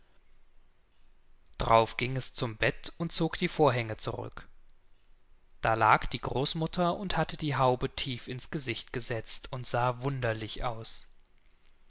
drauf ging es zum bett und zog die vorhänge zurück da lag die großmutter und hatte die haube tief ins gesicht gesetzt und sah wunderlich aus